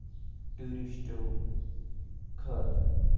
ٹوٗرِسٹٮ۪و خٲطرٕ